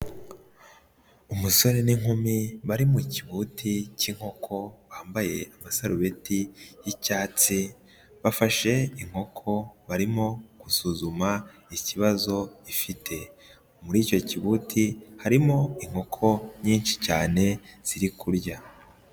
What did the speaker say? Umusore n'inkumi bari mu kibuti cy'inkoko, bambaye amasarubeti y'icyatsi, bafashe inkoko barimo gusuzuma ikibazo ifite, muri icyo kibuti harimo inkoko nyinshi cyane ziri kurya.